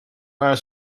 paar